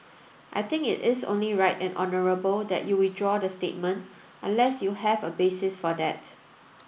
I think it is only right and honourable that you withdraw the statement unless you have a basis for that